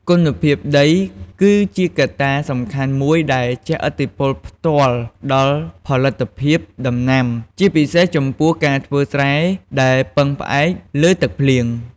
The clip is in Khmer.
គុណភាពដី គឺជាកត្តាសំខាន់មួយដែលជះឥទ្ធិពលផ្ទាល់ដល់ផលិតភាពដំណាំ ជាពិសេសចំពោះការធ្វើស្រែដែលពឹងផ្អែកលើទឹកភ្លៀង។